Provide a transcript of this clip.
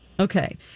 Okay